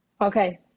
Okay